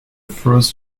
first